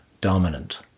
dominant